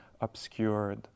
obscured